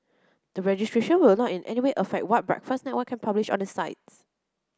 the registration will not in any way affect what Breakfast Network can publish on its site